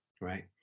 right